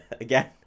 again